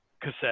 cassette